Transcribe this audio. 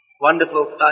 Wonderful